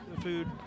food